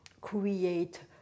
create